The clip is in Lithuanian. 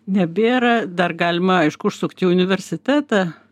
nebėra dar galima aišku užsukti į universitetą